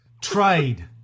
Trade